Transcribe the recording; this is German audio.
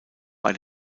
bei